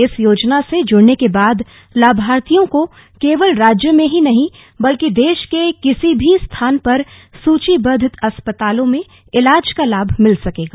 इस योजना से जुड़ने के बाद लाभार्थियों को केवल राज्य में ही नहीं बल्कि देश के किसी भी स्थान पर सुचीबद्ध अस्पतालों में इलाज का लाभ मिल सकेगा